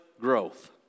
growth